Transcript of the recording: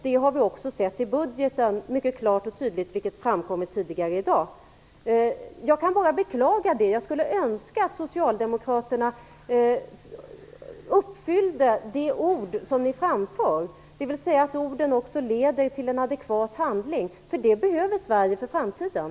Det har vi också sett mycket klart och tydligt i budgeten, vilket framkommit tidigare i dag. Jag kan bara beklaga det. Jag skulle önska att socialdemokraterna handlade i enlighet med de ord som ni framför, dvs. att orden också leder till en adekvat handling. Det behöver Sverige för framtiden.